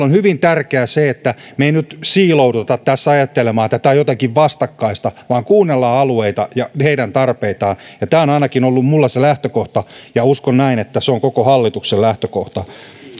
on hyvin tärkeää se että me emme nyt siiloudu tässä ajattelemaan että tämä on jotenkin vastakkaista vaan kuunnellaan alueita ja heidän tarpeitaan tämä on ainakin minulla ollut se lähtökohta ja uskon että se on koko hallituksen lähtökohta